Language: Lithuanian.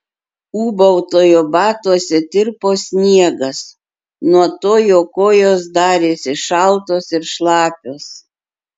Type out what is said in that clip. ūbautojo batuose tirpo sniegas nuo to jo kojos darėsi šaltos ir šlapios